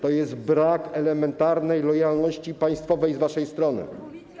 To jest brak elementarnej lojalności państwowej z waszej strony.